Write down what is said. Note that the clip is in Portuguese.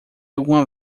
alguma